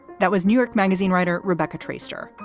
that was new york magazine writer rebecca traister.